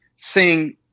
seeing